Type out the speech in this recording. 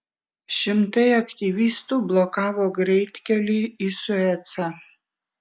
šimtai aktyvistų blokavo greitkelį į suecą